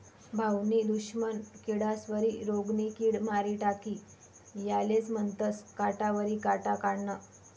भाऊनी दुश्मन किडास्वरी रोगनी किड मारी टाकी यालेज म्हनतंस काटावरी काटा काढनं